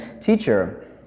Teacher